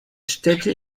städte